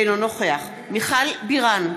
אינו נוכח מיכל בירן,